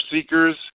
seekers